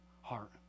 heart